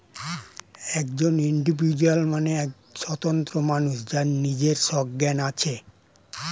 একজন ইন্ডিভিজুয়াল মানে এক স্বতন্ত্র মানুষ যার নিজের সজ্ঞান আছে